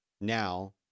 now